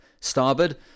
starboard